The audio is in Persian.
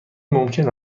ممکن